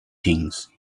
things